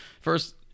First